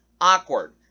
awkward